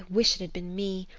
wish it had been me.